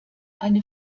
eine